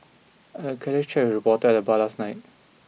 I had a casual chat with a reporter at the bar last night